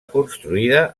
construïda